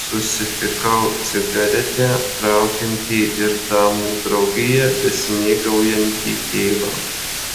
susitikau cigaretę traukiantį ir damų draugija besimėgaujantį tėvą